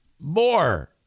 More